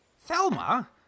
Thelma